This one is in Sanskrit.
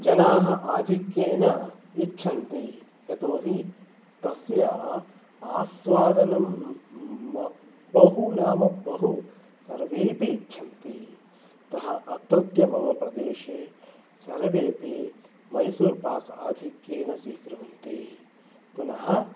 जनाः आधिक्येन इच्छन्ति यतोहि तस्य आस्वादनं बहु नाम बहु सर्वेपि इच्छन्ति अतः अत्रत्य मम प्रदेशे सर्वेपि मैसूर् पाक् आधिक्येन स्वीकुर्वन्ति पुनः